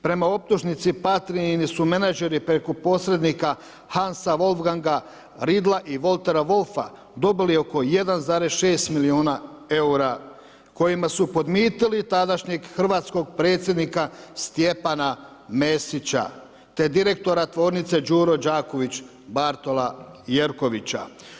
Prema optužnici Patrijini su menadžeri preko posrednika Hansa Wolfganga Riedla i Waltera Wolfa dobili oko 1,6 milijuna eura kojima su podmitili tadašnjeg hrvatskog predsjednika Stjepana Mesića te direktora tvornice Đuro Đaković, Bartol Jerkovića.